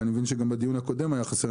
ואני מבין שגם בדיון הקודם הוא היה חסר,